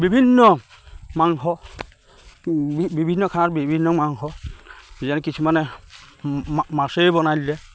বিভিন্ন মাংস বিভিন্ন খানাত বিভিন্ন মাংস যেনে কিছুমানে মাছেই বনাই দিলে